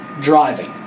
Driving